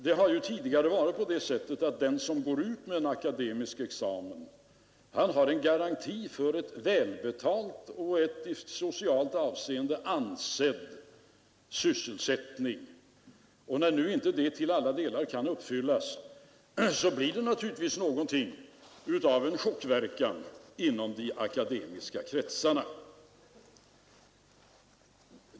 Det har tidigare varit så att den som har skaffat sig en akademisk examen har varit garanterad en välbetald och i socialt avseende ansedd sysselsättning. När nu inte det kravet till alla delar kan uppfyllas, blir det något av en chockverkan inom de akademiska kretsarna.